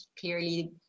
clearly